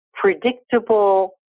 predictable